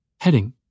Heading